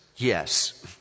Yes